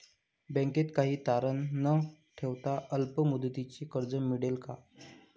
बँकेत काही तारण न ठेवता अल्प मुदतीचे कर्ज मिळेल का?